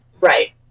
right